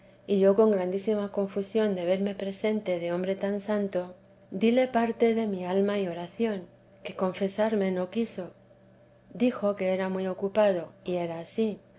y yo con grandísima confusión de verme presente de hombre tan santo dile parte de mi alma y oración que confesarme no quiso dijo que era muy ocupado y era ansí